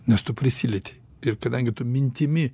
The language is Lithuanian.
nes tu prisilietei ir kadangi tu mintimi